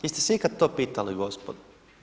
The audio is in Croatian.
Jeste se ikada to pitali gospodo?